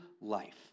life